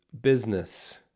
business